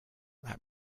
that